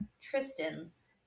Tristan's